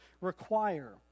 require